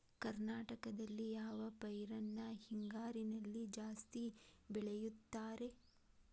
ಕರ್ನಾಟಕದಲ್ಲಿ ಯಾವ ಪೈರನ್ನು ಹಿಂಗಾರಿನಲ್ಲಿ ಜಾಸ್ತಿ ಬೆಳೆಯುತ್ತಾರೆ?